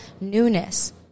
newness